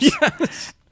Yes